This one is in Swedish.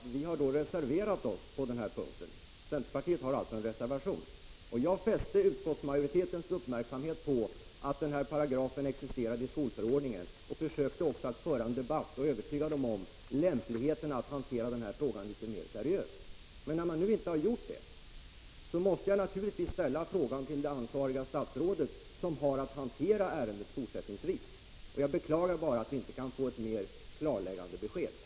Herr talman! Jag ber att få fästa Bengt Göranssons uppmärksamhet på att centerpartiet har en reservation på den här punkten. Jag fäste utskottsmajoritetens uppmärksamhet på att denna paragraf existerar i skolförordningen och försökte också föra en debatt och övertyga majoriteten om det lämpligai — Prot. 1985/86:48 att hantera den här frågan litet mer seriöst. Men när man nu inte har gjort — 10 december 1985 det, måste jag naturligtvis ställa frågan till det ansvariga statsrådet, som har att hantera ärendet .Jag beklagar bara att vi inte kan få ett mer klarläggande Åtgärder mot besked.